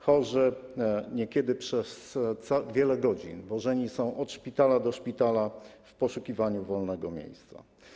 Chorzy niekiedy przez wiele godzin wożeni są od szpitala do szpitala w poszukiwaniu wolnego miejsca.